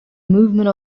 movement